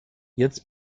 jetzt